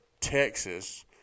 Texas